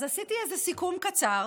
אז עשיתי איזה סיכום קצר